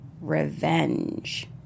revenge